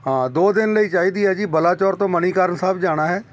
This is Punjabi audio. ਹਾਂ ਦੋ ਦਿਨ ਲਈ ਚਾਹੀਦੀ ਆ ਜੀ ਬਲਾਚੌਰ ਤੋਂ ਮਨੀਕਰਨ ਸਾਹਿਬ ਜਾਣਾ ਹੈ